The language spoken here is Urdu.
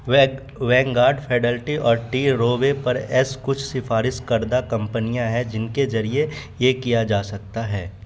ویگ وینگارڈ فیڈیلٹی اور ٹی رووے پر ایس کچھ سفارش کردہ کمپنیاں ہیں جن کے ذریعے یہ کیا جا سکتا ہے